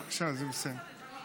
בבקשה, זה בסדר.